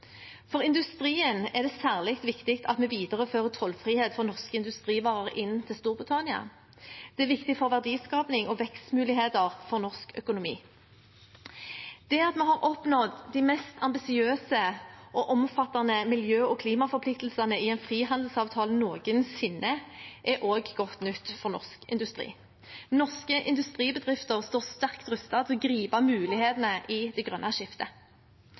For industrien er det særlig viktig at vi viderefører tollfrihet for norske industrivarer inn til Storbritannia. Det er viktig for verdiskaping og vekstmuligheter for norsk økonomi. Det at vi har oppnådd de mest ambisiøse og omfattende miljø- og klimaforpliktelsene i en frihandelsavtale noensinne, er også godt nytt for norsk industri. Norske industribedrifter står sterkt rustet til å gripe mulighetene i det grønne skiftet.